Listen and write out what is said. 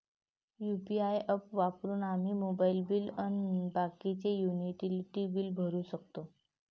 UPI app वापरून आम्ही mobile bill अन बाकीचे युटिलिटी बिल भरू शकतो